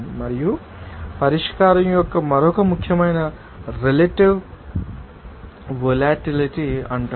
మరియు పరిష్కారం యొక్క మరొక ముఖ్యమైన రెలెటివ్ వొలటిలిటీ అంటారు